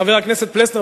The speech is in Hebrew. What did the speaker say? חבר הכנסת פלסנר,